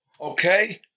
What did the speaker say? okay